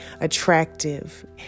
attractive